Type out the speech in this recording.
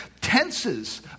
tenses